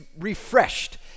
refreshed